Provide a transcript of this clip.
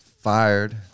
fired